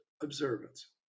observance